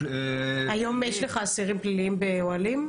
היום יש לך אסירים פליליים באוהלים?